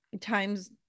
times